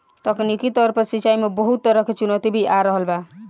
तकनीकी तौर पर सिंचाई में बहुत तरह के चुनौती भी आ रहल बा